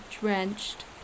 drenched